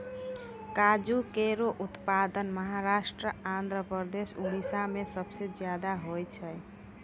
काजू केरो उत्पादन महाराष्ट्र, आंध्रप्रदेश, उड़ीसा में सबसे जादा होय छै